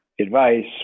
Advice